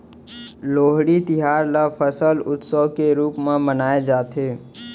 लोहड़ी तिहार ल फसल उत्सव के रूप म मनाए जाथे